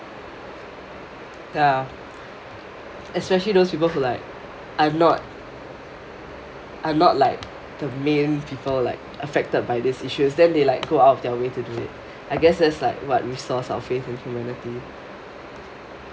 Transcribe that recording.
ya especially those people who like are not are not like the main people like affected by these issues then they like go out of their way to do it I guess this is like what restores our faith in humanity